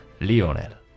Lionel